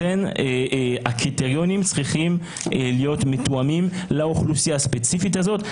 לכן הקריטריונים צריכים להיות מותאמים לאוכלוסייה הספציפית הזאת.